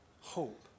hope